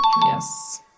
Yes